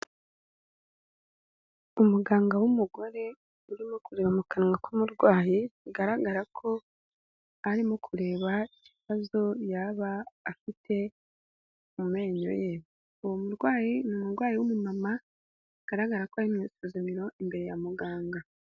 Umuganga w'umugore urimo kureba mu kanwa k'umurwayi, bigaragara ko arimo kureba ikibazo yaba afite mu menyo ye, uwo murwayi ni umurwayi w'umumama, bigaragara ko ari mu isuzumiro imbere ya muganga.